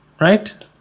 Right